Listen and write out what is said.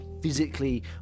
physically